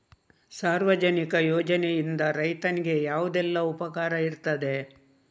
ಸಾರ್ವಜನಿಕ ಯೋಜನೆಯಿಂದ ರೈತನಿಗೆ ಯಾವುದೆಲ್ಲ ಉಪಕಾರ ಇರ್ತದೆ?